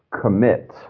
commit